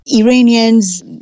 Iranians